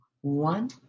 one